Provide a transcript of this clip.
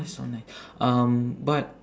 it's so nice um but